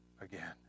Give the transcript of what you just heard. again